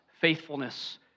faithfulness